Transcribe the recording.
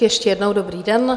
Ještě jednou dobrý den.